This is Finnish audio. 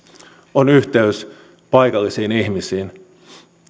on yhteys paikallisiin ihmisiin